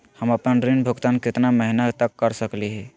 हम आपन ऋण भुगतान कितना महीना तक कर सक ही?